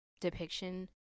depiction